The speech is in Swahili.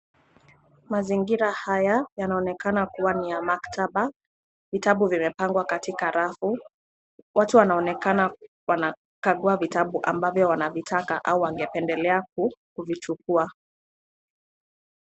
Mazingira haya yanaonekana kuwa ni ya maktaba, vitabu vimepangwa katika rafu. Watu wanaonekana wanakagua vitabu ambavyo wanavitaka au wangependelea kuvichukua.